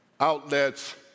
outlets